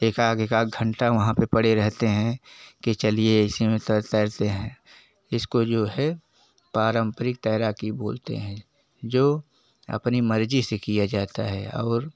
एकाग एकाग घंटा वहाँ पर पड़े रहते हैं के चिलिए इसी में तैरते हैं इसको जो है पारंपरिक तैराकी बोलेत हैं जो अपनी मर्ज़ी से किया जाता है और